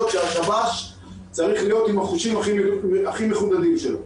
שהשבש צריך להיות עם החושים הכי מחודדים שלו.